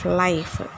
life